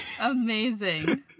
amazing